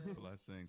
Blessings